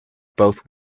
both